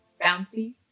bouncy